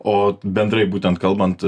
o bendrai būtent kalbant